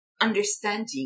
understanding